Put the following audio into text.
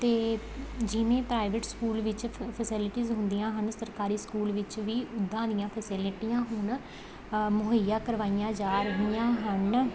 ਅਤੇ ਜਿਵੇਂ private school ਵਿੱਚ ਫ ਫੈਸਿਲਿਟੀਜ਼ ਹੁੰਦੀਆਂ ਹਨ ਸਰਕਾਰੀ ਸਕੂਲ ਵਿੱਚ ਵੀ ਉੱਦਾਂ ਦੀਆਂ ਫੈਸਿਲੀਟੀਆਂ ਹੁਣ ਮੁਹੱਈਆ ਕਰਵਾਈਆਂ ਜਾ ਰਹੀਆਂ ਹਨ